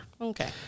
Okay